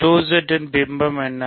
2Z இன் பிம்பம் என்ன